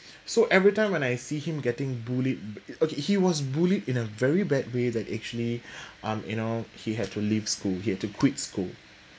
so every time when I see him getting bullied okay he was bullied in a very bad way that actually um you know he had to leave school he had to quit school